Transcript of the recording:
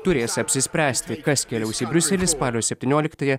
turės apsispręsti kas keliaus į briuselį spalio septynioliktąją